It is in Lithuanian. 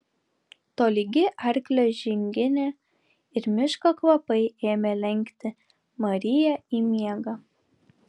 tolygi arklio žinginė ir miško kvapai ėmė lenkti mariją į miegą